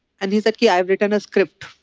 and he said, he ah had written a script.